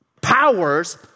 powers